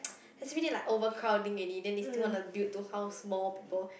it's really like overcrowding already then they still want to build to house more people